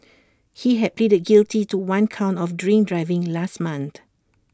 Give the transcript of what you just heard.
he had pleaded guilty to one count of drink driving last month